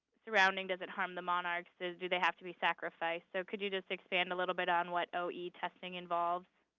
surrounding, does it harm the monarchs? do they have to be sacrificed? so could you just expand a little bit on what o e. testing involves?